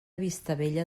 vistabella